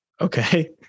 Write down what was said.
Okay